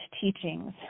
teachings